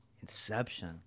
Inception